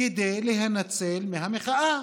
כדי להינצל מהמחאה.